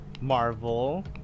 Marvel